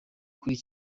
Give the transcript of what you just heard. kuri